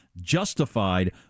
justified